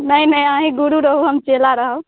नहि नहि अहि गुरु रहू हम चेला रहब